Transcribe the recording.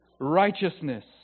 righteousness